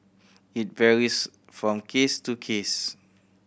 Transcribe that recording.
it varies from case to case